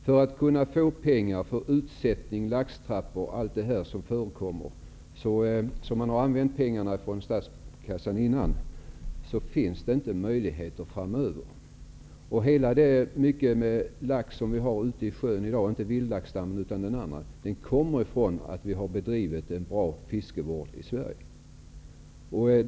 Det skulle ge pengar för utsättning, laxtrappor och allt annat som man använt statliga pengar till tidigare. Framöver kommer man inte att ha möjligheter att vidta sådana åtgärder. En stor del av den laxstam som vi har i dag är, bortsett från vildlaxstammen, ett resultat av att vi bedrivit en bra fiskevård i Sverige.